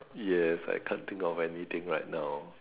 yes I can't think of anything right now